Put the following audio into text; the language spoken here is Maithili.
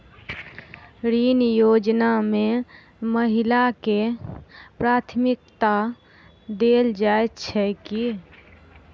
ऋण योजना मे महिलाकेँ प्राथमिकता देल जाइत छैक की?